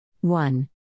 One